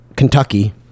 Kentucky